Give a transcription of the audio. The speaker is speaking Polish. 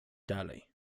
dalej